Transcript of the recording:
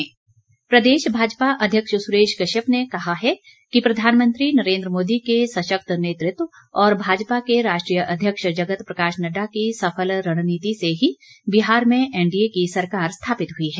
सुरेश कश्यप प्रदेश भाजपा अध्यक्ष सुरेश कश्यप ने कहा है कि प्रधानमंत्री नरेन्द्र मोदी के सशक्त नेतृत्व और भाजपा के राष्ट्रीय अध्यक्ष जगत प्रकाश नड़डा की सफल रणनीति से ही बिहार में एनडीए की सरकार स्थापित हुई है